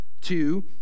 Two